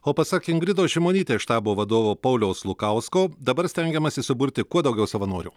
o pasak ingridos šimonytės štabo vadovo pauliaus lukausko dabar stengiamasi suburti kuo daugiau savanorių